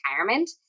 retirement